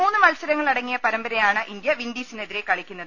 മൂന്ന് മത്സരങ്ങളടങ്ങിയ പരമ്പരയാണ് ഇന്ത്യ വിൻഡീസിനെതിരെ കളിക്കുന്നത്